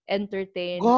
entertain